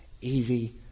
Easy